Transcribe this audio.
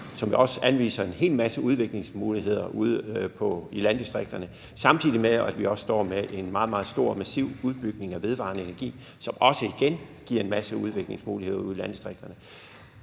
hvor vi også anviser en hel masse udviklingsmuligheder ud i landdistrikterne, og samtidig med, at vi står med en meget, meget stor og massiv udbygning af den vedvarende energi, som igen også giver en masse udviklingsmuligheder ude i landdistrikterne.